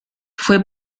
fue